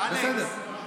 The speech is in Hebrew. בסדר,